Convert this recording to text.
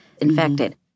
infected